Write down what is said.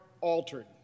altered